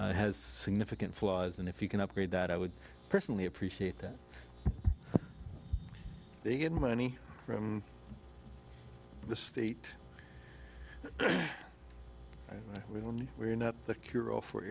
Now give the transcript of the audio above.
it has significant flaws and if you can upgrade that i would personally appreciate that they get money from the state when we are not the cure all for